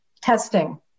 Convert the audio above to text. testing